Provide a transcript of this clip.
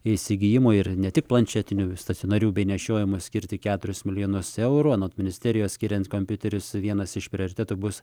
įsigijimui ir ne tik planšetinių stacionarių bei nešiojamą skirti keturis milijonus eurų anot ministerijos skiriant kompiuterius vienas iš prioritetų bus